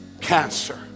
Cancer